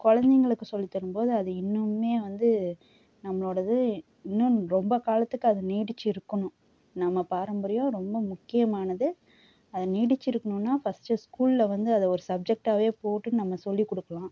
குழந்தைங்களுக்கு சொல்லித்தரும் போது அது இன்னமுமே வந்து நம்மளோடது இன்னும் ரொம்ப காலத்துக்கு அது நீடிச்சிருக்கணும் நம்ம பாரம்பரியம் ரொம்ப முக்கியமானது அது நீடிச்சிருக்கணுன்னா ஃபர்ஸ்ட்டு ஸ்கூலில் வந்து அதை ஒரு சப்ஜெக்டாகவே போட்டு நம்ம சொல்லிக்கொடுக்கலாம்